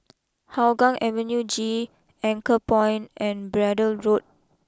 Hougang Avenue G Anchorpoint and Braddell Road